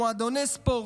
מועדוני ספורט,